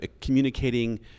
communicating